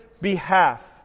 behalf